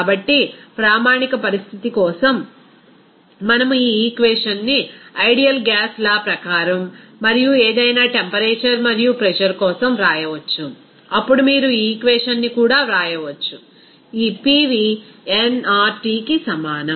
కాబట్టి ప్రామాణిక పరిస్థితి కోసం మనము ఈ ఈక్వేషన్ ని ఐడియల్ గ్యాస్ లా ప్రకారం మరియు ఏదైనా టెంపరేచర్ మరియు ప్రెజర్ కోసం వ్రాయవచ్చు అప్పుడు మీరు ఈ ఈక్వేషన్ ని కూడా వ్రాయవచ్చు ఈ PV nRTకి సమానం